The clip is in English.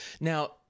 now